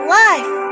life